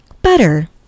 Butter